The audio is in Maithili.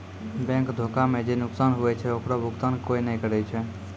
बैंक धोखा मे जे नुकसान हुवै छै ओकरो भुकतान कोय नै करै छै